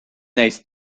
neist